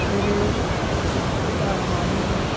میرے چار ماموں ہیں